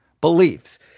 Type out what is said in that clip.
beliefs